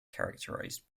characterized